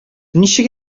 ничек